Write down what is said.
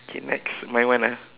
okay next my one ah